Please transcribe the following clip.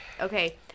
Okay